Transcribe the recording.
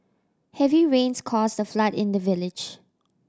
heavy rains caused the flood in the village